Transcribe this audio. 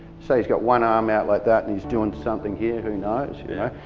say he's got one arm out like that and he's doing something here who knows. you know.